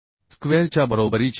स्क्वेअरच्या बरोबरीची आहे